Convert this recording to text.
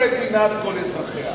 ומדינת כל אזרחיה.